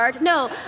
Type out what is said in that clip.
No